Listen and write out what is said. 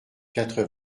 quatre